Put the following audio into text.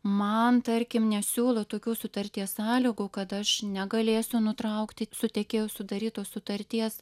man tarkim nesiūlė tokių sutarties sąlygų kad aš negalėsiu nutraukti su tiekėju sudarytos sutarties